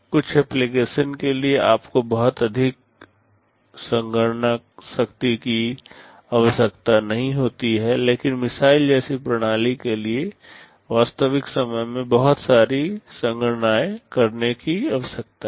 कुछ एप्लीकेशन के लिए आपको बहुत अधिक संगणना शक्ति की आवश्यकता नहीं होती है लेकिन मिसाइल जैसी प्रणाली के लिए वास्तविक समय में बहुत सारी संगणनाएँ करने की आवश्यकता होती है